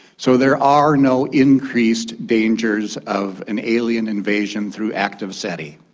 so there are no increased dangers of an alien invasion through active seti.